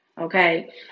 okay